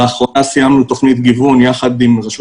לאחרונה סיימנו תוכנית גיוון יחד עם רשות